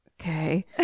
okay